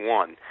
one